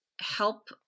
help